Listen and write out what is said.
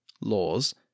laws